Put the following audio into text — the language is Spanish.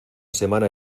semana